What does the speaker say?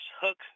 hook